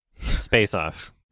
Space-Off